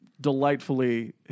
delightfully